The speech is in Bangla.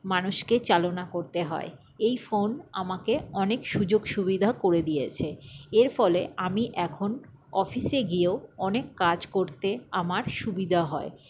মানুষকে চালনা করতে হয় এই ফোন আমাকে অনেক সুযোগ সুবিধা করে দিয়েছে এর ফলে আমি এখন অফিসে গিয়েও অনেক কাজ করতে আমার সুবিধা হয়